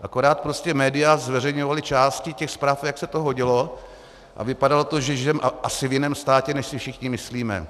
Akorát prostě média zveřejňovala části těch zpráv, jak se to hodilo, a vypadalo to, že žijeme asi v jiném státě, než si všichni myslíme.